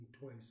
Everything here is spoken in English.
twice